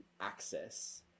access